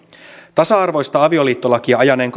tasa arvoista avioliittolakia ajaneen